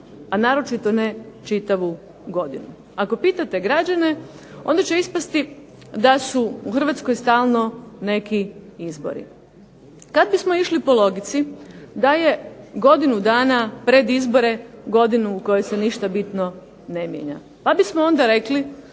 a naročito ne čitavu godinu. Ako pitate građane onda će ispasti da su u Hrvatskoj stalno neki izbori. Kad bismo išli po logici da je godinu dana pred izbore godinu u kojoj se ništa bitno ne mijenja pa bismo onda rekli